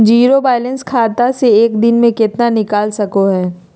Zero balance खाता से एक दिन में कितना निकाल सको है?